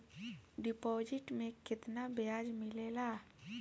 Deposit मे केतना बयाज मिलेला?